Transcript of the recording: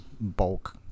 bulk